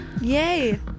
Yay